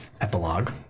Epilogue